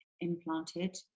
implanted